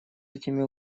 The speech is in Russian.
этими